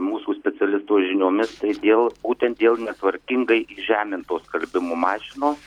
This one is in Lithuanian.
mūsų specialistų žiniomis tai dėl būtent dėl netvarkingai įžemintos skalbimo mašinos